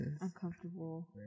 uncomfortable